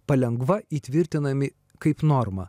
palengva įtvirtinami kaip norma